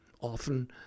often